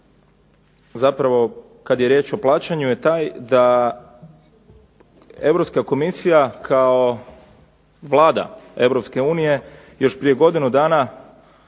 zapravo kad je riječ o plaćanju je taj da Europska komisija kao Vlada Europske unije još prije godinu dana